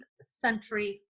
century